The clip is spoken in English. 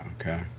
Okay